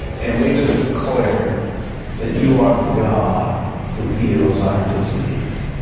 and we just declare that you are the god who heals our disease.